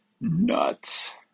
nuts